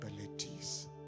abilities